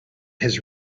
his